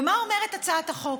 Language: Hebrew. ומה אומרת הצעת החוק?